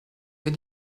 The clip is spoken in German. wenn